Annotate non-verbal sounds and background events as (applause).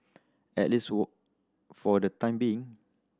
at least (unintelligible) for the time being